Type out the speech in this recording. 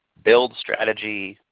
build strategy,